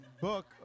Book